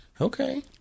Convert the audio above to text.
Okay